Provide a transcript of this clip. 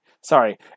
Sorry